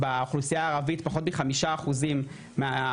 באוכלוסייה הערבית פחות מ- 5% מהילדים